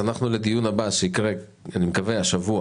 אנחנו לדיון הבא שיקרה אני מקווה השבוע